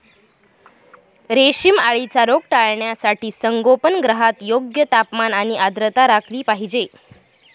रेशीम अळीचा रोग टाळण्यासाठी संगोपनगृहात योग्य तापमान आणि आर्द्रता राखली पाहिजे